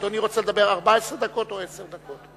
אדוני רוצה לדבר 14 דקות או עשר דקות?